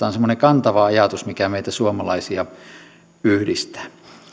on semmoinen kantava ajatus mikä meitä suomalaisia yhdistää